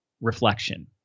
reflection